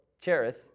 Cherith